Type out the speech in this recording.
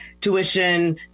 tuition